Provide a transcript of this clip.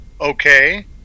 okay